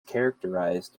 characterised